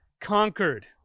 conquered